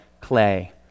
clay